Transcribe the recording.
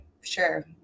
sure